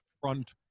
front